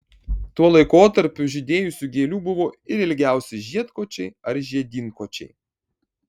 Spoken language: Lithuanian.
tuo laikotarpiu žydėjusių gėlių buvo ir ilgiausi žiedkočiai ar žiedynkočiai